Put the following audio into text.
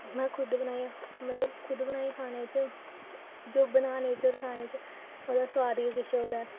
में खुद बनाइयै मतलब खुद बनाइयै खानें च जो बनाने च होर खानें च ओह्दा सोआद गै किश होर ऐ